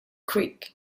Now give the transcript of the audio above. creek